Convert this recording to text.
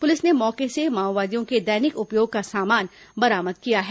police ने मौके से माओवादियों के दैनिक उपयोग का सामान बरामद किया है